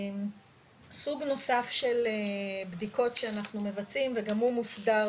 סוג נוסף של בדיקות שאנחנו מבצעים, וגם הוא מוסדר